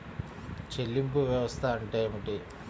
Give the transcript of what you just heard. చెల్లింపు వ్యవస్థ అంటే ఏమిటి?